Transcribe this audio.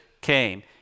came